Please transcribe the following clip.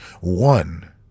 One